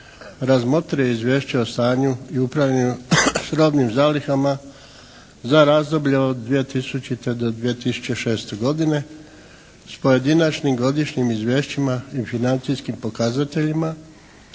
razmotrio je izvješće o stanju i upravljanju s robnim zalihama za razdoblje od 2000. do 2006. godine s pojedinačnim godišnjim izvješćima i financijskim pokazateljima